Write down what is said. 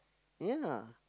ya